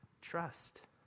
trust